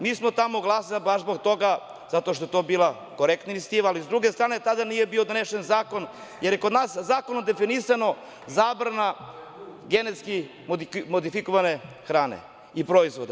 Mi smo tamo glasali baš zbog toga zato što je to bila korektna inicijativa, ali s druge strane tada nije bio donesen zakon, jer je kod nas zakonom definisano – zabrana genetski modifikovane hrane i proizvoda.